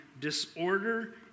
disorder